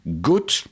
Good